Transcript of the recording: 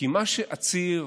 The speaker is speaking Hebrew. כי עציר,